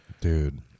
Dude